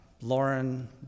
Lauren